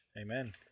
amen